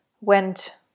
went